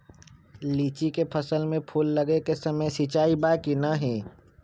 लीची के फसल में फूल लगे के समय सिंचाई बा कि नही?